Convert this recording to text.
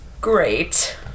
great